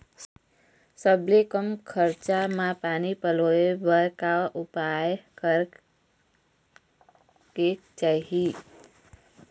सबले कम खरचा मा पानी पलोए बर का उपाय करेक चाही?